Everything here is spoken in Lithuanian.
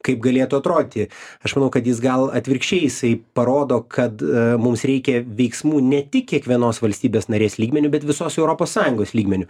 kaip galėtų atrodyti aš manau kad jis gal atvirkščiai jisai parodo kad mums reikia veiksmų ne tik kiekvienos valstybės narės lygmeniu bet visos europos sąjungos lygmeniu